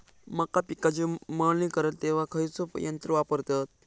मका पिकाची मळणी करतत तेव्हा खैयचो यंत्र वापरतत?